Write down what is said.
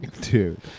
Dude